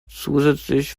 zusätzlich